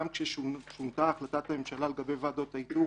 גם כששונתה החלטת ממשלה לגבי ועדות האיתור